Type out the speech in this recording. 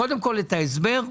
קודם כל, תביאו את ההסבר.